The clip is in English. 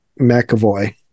McAvoy